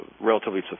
relatively